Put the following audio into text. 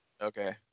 Okay